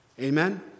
Amen